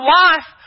life